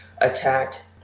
attacked